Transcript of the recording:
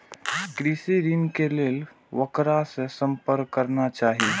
कृषि ऋण के लेल ककरा से संपर्क करना चाही?